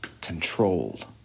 controlled